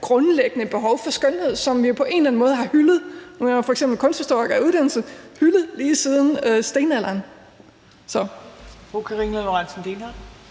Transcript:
grundlæggende behov for skønhed, som vi på en eller anden måde – nu er jeg jo f.eks. kunsthistoriker af uddannelse – har hyldet lige siden stenalderen. Kl.